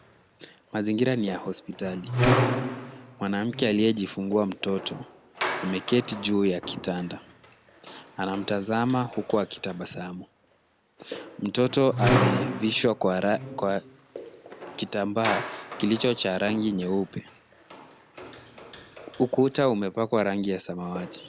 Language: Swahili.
Mazingira ni ya hospitali. Mwanamke aliyejifungua mtoto ameketi juu ya kitanda. Anamtazama huku akitabasamu. Mtoto amevishwa kwa kitambaa kilicho cha rangi nyeupe. Ukuta umepakwa rangi ya samawati.